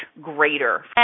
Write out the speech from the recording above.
greater